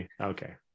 Okay